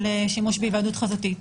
להיוועדות חזותית.